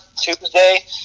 tuesday